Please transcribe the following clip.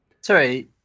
Sorry